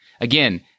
Again